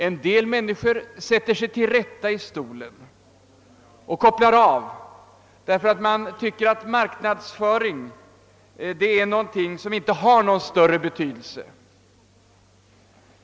En del människor sätter sig till rätta i stolen och kopplar av därför att man tycker att ordet marknadsföring är någonting som inte har någon större betydelse.